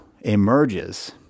emerges